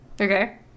Okay